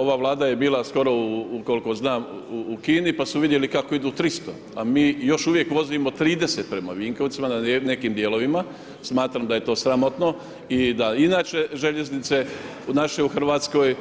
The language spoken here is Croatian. Ova Vlada je bila skoro bila, kolko znam u Kini pa su vidjeli kako idu 300, a mi još uvijek vozimo 30 prema Vinkovcima na nekim dijelovima, smatram da je to sramotno i da inače željeznice naše u Hrvatskoj